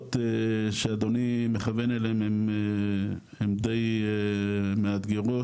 ההוצאות שאדוני מכוון אליהם הם דיי מאתגרות,